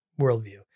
worldview